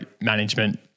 management